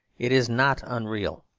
it is not unreal.